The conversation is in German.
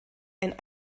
ein